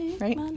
right